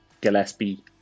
Gillespie